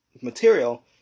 material